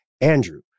Andrew